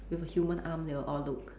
with a human arm they will all look